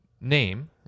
name